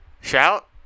Shout